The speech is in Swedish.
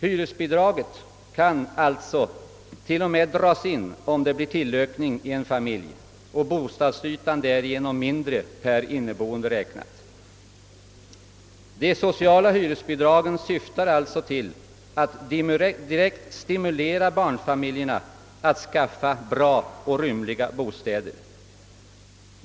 Hyresbidraget kan t.o.m. dras in om det blir tillökning i en familj och bostadsytan därigenom mindre per inneboende räknat. De sociala hyresbidragen syftar alltså till att direkt stimulera barnfamiljerna att skaffa bra och rymliga bostäder.